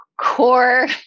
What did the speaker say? core